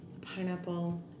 pineapple